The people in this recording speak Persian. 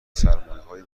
سرمایههای